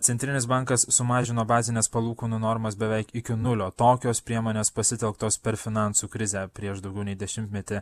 centrinis bankas sumažino bazines palūkanų normas beveik iki nulio tokios priemonės pasitelktos per finansų krizę prieš daugiau nei dešimtmetį